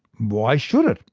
why should it?